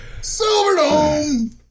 Silverdome